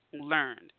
learned